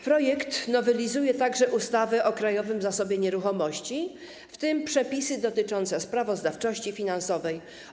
Projekt nowelizuje także ustawę o Krajowym Zasobie Nieruchomości, w tym przepisy dotyczące sprawozdawczości finansowej.